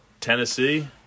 Tennessee